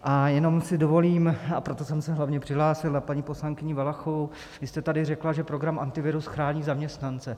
A jenom si dovolím, a proto jsem se hlavně přihlásil, na paní poslankyni Valachovou: vy jste tady řekla, že program Antivirus chrání zaměstnance.